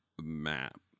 map